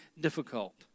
difficult